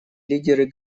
лидеры